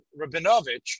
Rabinovich